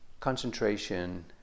Concentration